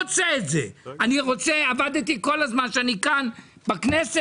זה אחד הדברים שמייצר את המתח הכי גדול בין הרשויות.